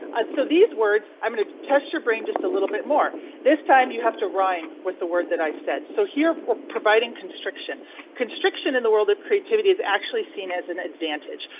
and so these words i'm going to test your brain just a little bit more this time you have to rhyme with the word that i said. so here we're providing constriction constriction in the world of creativity is actually seen as an advantage.